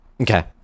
Okay